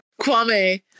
Kwame